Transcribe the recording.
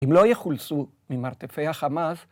אם לא יחולצו ממרתפי החמאס.